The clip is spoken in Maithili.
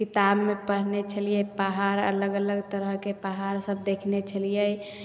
किताबमे पढ़ने छलिए पहाड़ अलग अलग तरहके पहाड़ सब देखने छलिए